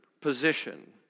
position